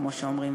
כמו שאומרים,